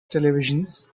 televisions